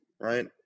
right